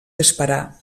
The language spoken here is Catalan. esperar